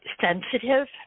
sensitive